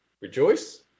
Rejoice